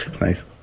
nice